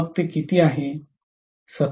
मग ते किती आहे